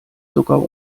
sogar